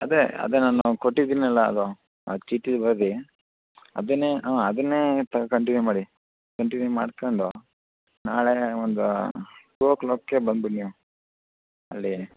ಅದೇ ಅದೇ ನಾನು ಕೊಟ್ಟಿದ್ದೀನಲ್ಲ ಅದು ಆ ಚೀಟಿಲಿ ಬರ್ದು ಅದನ್ನೇ ಆಂ ಅದನ್ನೇ ಕಂಟಿನ್ಯು ಮಾಡಿ ಕಂಟಿನ್ಯು ಮಾಡ್ಕೊಂಡು ನಾಳೆ ಒಂದು ಟೂ ಓ ಕ್ಲಾಕ್ಗೆ ಬಂದುಬಿಡಿ ನೀವು ಅಲ್ಲಿ